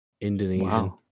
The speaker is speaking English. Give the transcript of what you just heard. Indonesian